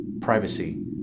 privacy